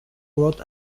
wrote